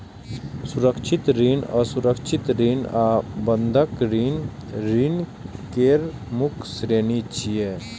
सुरक्षित ऋण, असुरक्षित ऋण आ बंधक ऋण ऋण केर मुख्य श्रेणी छियै